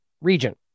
region